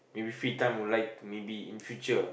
maybe free time will like maybe in future